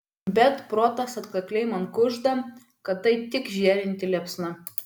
bet protas atkakliai man kužda kad tai tik žėrinti liepsna